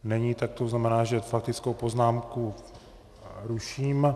Není, to znamená, že faktickou poznámku ruším.